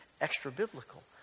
extra-biblical